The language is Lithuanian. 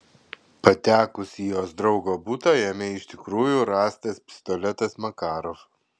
patekus į jos draugo butą jame iš tikrųjų rastas pistoletas makarov